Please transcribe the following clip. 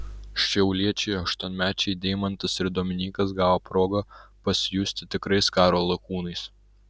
šiauliečiai aštuonmečiai deimantas ir dominykas gavo progą pasijusti tikrais karo lakūnais